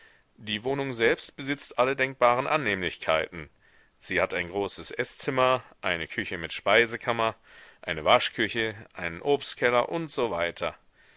die wohnung selbst besitzt alle denkbaren annehmlichkeiten sie hat ein großes eßzimmer eine küche mit speisekammer eine waschküche einen obstkeller usw